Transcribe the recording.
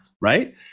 right